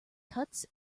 cuts